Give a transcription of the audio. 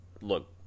look